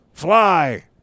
Fly